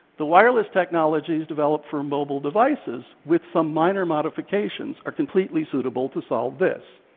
the wireless technologies developed for mobile devices, with some minor modifications, are completely suitable to solve this.